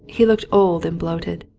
he looked old and bloated.